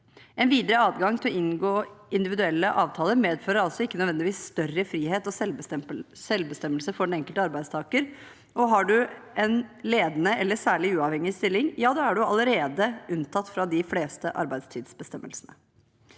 En videre adgang til å inngå individuelle avtaler medfører altså ikke nødvendigvis større frihet og selvbestemmelse for den enkelte arbeidstaker, og har du en ledende eller særlig uavhengig stilling, er du allerede unntatt fra de fleste arbeidstidsbestemmelsene.